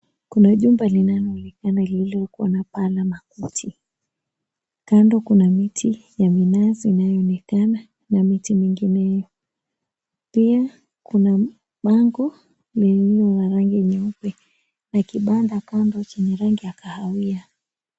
Kuna jumba linaloonekana lililo na paa ya makuti. Kando kuna miti ya minazi inayoonekana na miti mingineo. Pia kuna bango lililo na rangi nyeupe, na kibanda kando chenye rangi kahawia.